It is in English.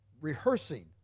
rehearsing